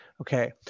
okay